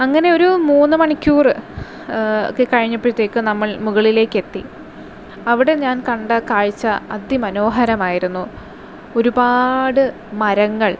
അങ്ങനെ ഒരു മൂന്നു മണിക്കൂർ കഴിഞ്ഞപ്പോഴത്തേക്ക് നമ്മൾ മുകളിലേക്ക് എത്തി അവിടെ ഞാൻ കണ്ട കാഴ്ച അതിമനോഹരം ആയിരുന്നു ഒരുപാട് മരങ്ങൾ